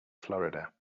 florida